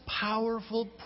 powerful